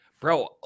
bro